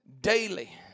daily